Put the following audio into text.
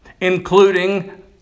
including